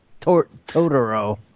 Totoro